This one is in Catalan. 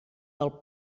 del